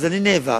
אז אני נאבק,